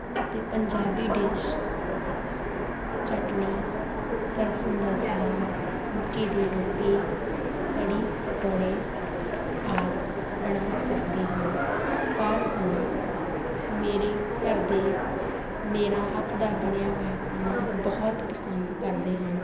ਅਤੇ ਪੰਜਾਬੀ ਡਿਸ਼ ਸ ਚਟਣੀ ਸਰਸੋ ਦਾ ਸਾਗ ਮੱਕੀ ਦੀ ਰੋਟੀ ਕੜੀ ਪਕੋੜੇ ਆਦਿ ਬਣਾ ਸਕਦੀ ਹਾਂ ਪਰ ਹੁਣ ਮੇਰੇ ਘਰਦੇ ਮੇਰਾ ਹੱਥ ਦਾ ਬਣਿਆ ਹੋਇਆ ਖਾਣਾ ਬਹੁਤ ਪਸੰਦ ਕਰਦੇ ਹਨ